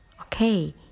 okay